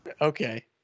Okay